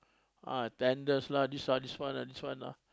ah tenders lah this one this one this one lah